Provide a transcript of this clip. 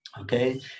Okay